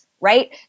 right